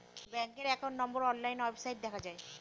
ব্যাঙ্কের account number online ওয়েবসাইটে দেখা যায়